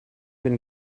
been